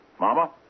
Mama